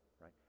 right